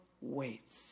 waits